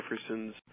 Jefferson's